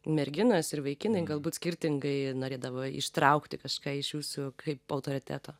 merginos ir vaikinai galbūt skirtingai norėdavo ištraukti kažką iš jūsų kaip autoriteto